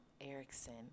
Erickson